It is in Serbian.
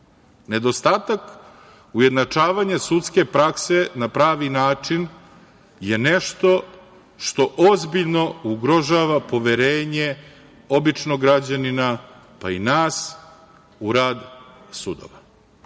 Nedostatak ujednačavanja sudske prakse na pravi način je nešto što ozbiljno ugrožava poverenje običnog građanina, pa i nas, u rad sudova. Viši